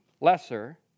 lesser